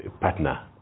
partner